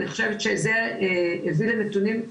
אני חושבת שזה הביא לנתונים,